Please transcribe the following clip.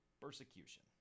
persecution